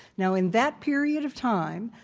now, in that period of time,